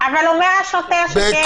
אבל השוטר אומר שכן.